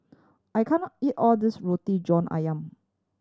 I can't eat all of this Roti John Ayam